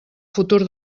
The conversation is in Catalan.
futur